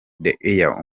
deejay